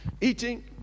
eating